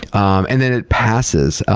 um and then it passes.